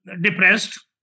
depressed